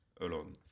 alone